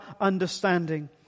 understanding